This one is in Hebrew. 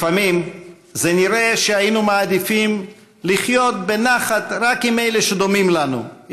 לפעמים נראה שהיינו מעדיפים לחיות בנחת רק עם אלה שדומים לנו,